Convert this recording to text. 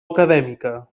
acadèmica